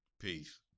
Peace